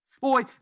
Boy